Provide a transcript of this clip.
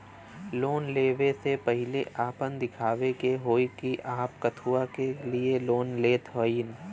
Loan ले वे से पहिले आपन दिखावे के होई कि आप कथुआ के लिए लोन लेत हईन?